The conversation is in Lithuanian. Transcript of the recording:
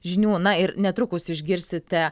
žinių na ir netrukus išgirsite